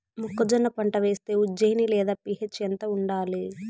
మొక్కజొన్న పంట వేస్తే ఉజ్జయని లేదా పి.హెచ్ ఎంత ఉండాలి?